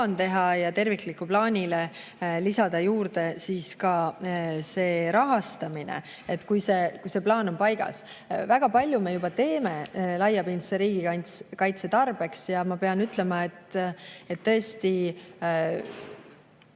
teha ja terviklikule plaanile lisada juurde ka rahastamine, kui see plaan on paigas. Väga palju me juba teeme laiapindse riigikaitse tarbeks. Ja ma pean ütlema, et tõesti